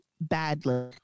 badly